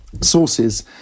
sources